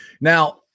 now